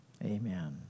Amen